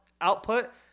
output